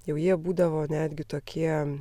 jau jie būdavo netgi tokie